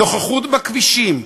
נוכחות בכבישים,